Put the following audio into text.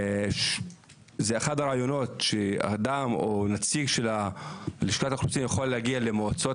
זה אחד הרעיונות שאדם או נציג של לשכת האוכלוסין יכול להגיע למועצות